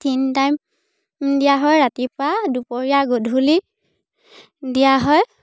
তিনি টাইম দিয়া হয় ৰাতিপুৱা দুপৰীয়া গধূলি দিয়া হয়